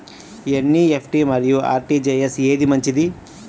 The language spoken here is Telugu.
ఎన్.ఈ.ఎఫ్.టీ మరియు అర్.టీ.జీ.ఎస్ ఏది మంచిది?